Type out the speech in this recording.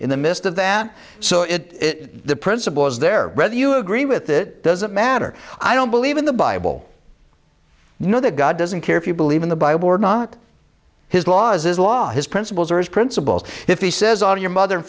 in the midst of them so it the principle is there whether you agree with it doesn't matter i don't believe in the bible know that god doesn't care if you believe in the bible or not his laws is law his principles are his principles if he says all your mother and